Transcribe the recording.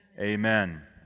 Amen